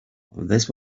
this